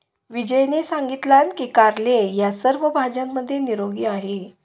विजयने सांगितलान की कारले ह्या सर्व भाज्यांमध्ये निरोगी आहे